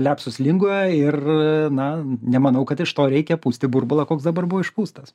lepsus lingoje ir na nemanau kad iš to reikia pūsti burbulą koks dabar buvo išpūstas